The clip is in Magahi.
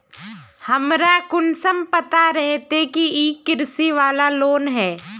हमरा कुंसम पता रहते की इ कृषि वाला लोन है?